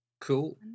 cool